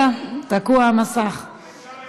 חוק לפיקוח על הפעלת צהרונים,